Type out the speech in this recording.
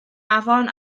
afon